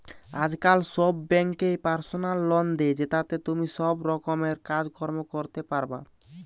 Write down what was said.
আজকাল সব বেঙ্কই পার্সোনাল লোন দে, জেতাতে তুমি সব রকমের কাজ কর্ম করতে পারবা